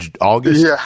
August